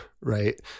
right